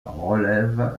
relèvent